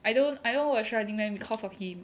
I don't I don't watch running man because of him